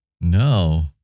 No